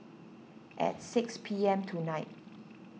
at six P M tonight